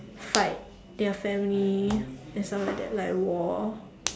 fight their family and stuff like that like war